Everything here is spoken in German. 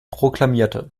proklamierte